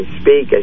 speak